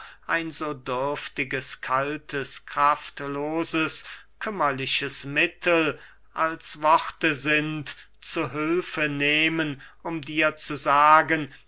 ein so dürftiges kaltes kraftloses kümmerliches mittel als worte sind zu hülfe nehmen um dir zu sagen